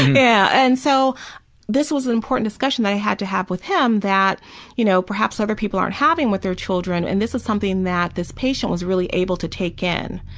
yeah, and so this was an important discussion i had to have with him that you know perhaps other people aren't having with their children, and this is something that this patient was really able to take in,